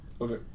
Okay